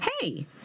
Hey